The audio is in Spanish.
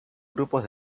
grupos